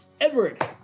Edward